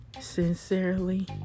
sincerely